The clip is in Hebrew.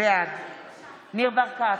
בעד ניר ברקת,